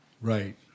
Right